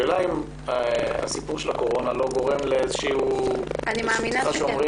השאלה אם הקורונה לא גורמת לאיזו פתיחה, שאומרים: